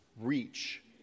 reach